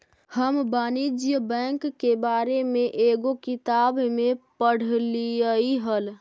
हम वाणिज्य बैंक के बारे में एगो किताब में पढ़लियइ हल